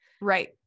right